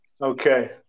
Okay